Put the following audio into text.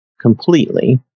completely